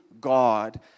God